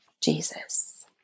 Jesus